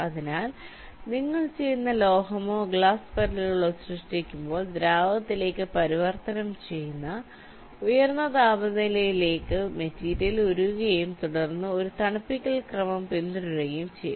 അതിനാൽ നിങ്ങൾ ചെയ്യുന്ന ലോഹമോ ഗ്ലാസ് പരലുകളോ സൃഷ്ടിക്കുമ്പോൾ ദ്രാവകത്തിലേക്ക് പരിവർത്തനം ചെയ്യുന്ന ഉയർന്ന താപനിലയിലേക്ക് മെറ്റീരിയൽ ഉരുകുകയും തുടർന്ന് ഒരു തണുപ്പിക്കൽ ക്രമം പിന്തുടരുകയും ചെയ്യും